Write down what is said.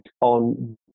on